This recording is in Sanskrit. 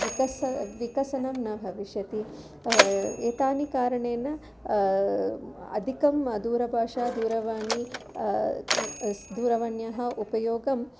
विकस विकसनं न भविष्यति एतानि कारणेन अधिकं दूरभाषायाः दूरवाण्याः दूरवाण्याः उपयोगम्